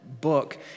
book